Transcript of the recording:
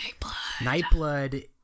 Nightblood